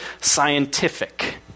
scientific